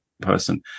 person